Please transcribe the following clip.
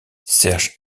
serge